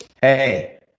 hey